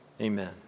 Amen